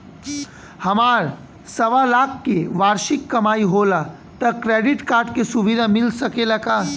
हमार सवालाख के वार्षिक कमाई होला त क्रेडिट कार्ड के सुविधा मिल सकेला का?